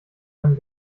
einen